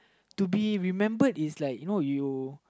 to be remembered is like you know you